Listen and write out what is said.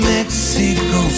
Mexico